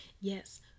Yes